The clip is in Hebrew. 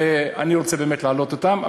ואני רוצה באמת לענות עליהם.